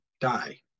die